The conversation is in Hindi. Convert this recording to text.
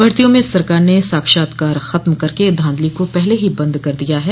भर्तियों में सरकार ने साक्षात्कार खत्म करके धाधली को पहले ही बंद कर दिया है